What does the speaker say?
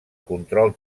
control